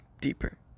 deeper